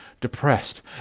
Depressed